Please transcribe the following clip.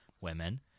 women